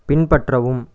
பின்பற்றவும்